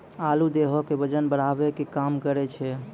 आलू देहो के बजन बढ़ावै के काम करै छै